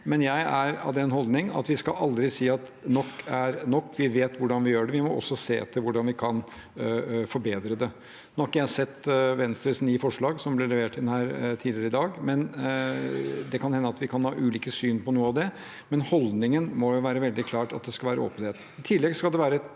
Men jeg er av den holdning at vi aldri skal si at nok er nok; vi vet hvordan vi gjør det, men vi må også se etter hvordan vi kan forbedre det. Nå har ikke jeg sett Venstres ni forslag som ble levert inn her tidligere i dag. Det kan hende at vi kan ha ulike syn på noe av det, men holdningen må jo veldig klart være at det skal være åpenhet.